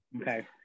okay